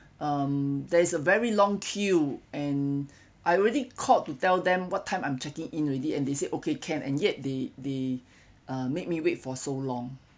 um there is a very long queue and I already called to tell them what time I'm checking in already and they said okay can and yet they they uh made me wait for so long